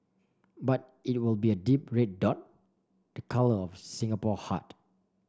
but it will be a deep red dot the colour of the Singapore heart